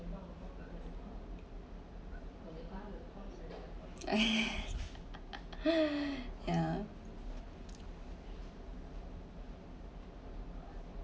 yeah